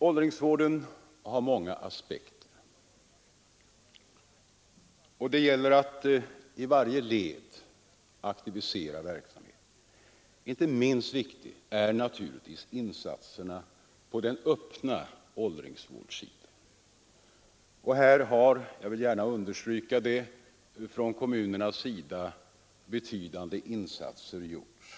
Åldringsvården har många aspekter, och det gäller att i varje led aktivisera verksamheten. Inte minst viktiga är insatserna på den öppna vårdsidan. Här har — jag vill gärna understryka det — från kommunernas sida betydande insatser gjorts.